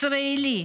ישראלי.